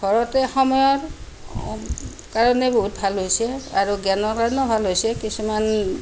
ঘৰতে সময়ৰ কাৰণে বহুত ভাল হৈছে আৰু জ্ঞানৰ কাৰণেও ভাল হৈছে কিছুমান